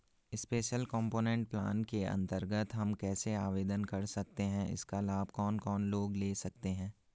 Special component plan के अन्तर्गत हम कैसे आवेदन कर सकते हैं इसका लाभ कौन कौन लोग ले सकते हैं?